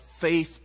faith